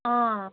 अँ